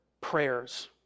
prayers